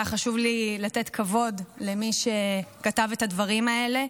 והיה חשוב לי לתת כבוד למי שכתב את הדברים האלה,